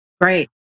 Great